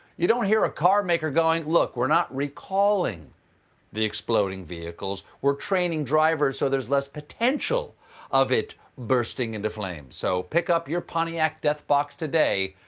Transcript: you don't hear a car maker going, look, we're not recalling the vehicles. we're training drivers so there's less potential of it bursting into flames. so pick up your pontiac deathbox today.